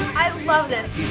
i love this.